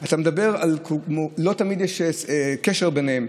לא תמיד יש קשר ביניהם.